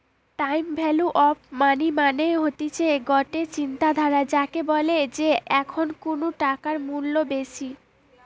time value of money মানে হতিছে গটে চিন্তাধারা যাকে বলে যে এখন কুনু টাকার মূল্য বেশি